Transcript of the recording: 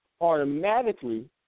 automatically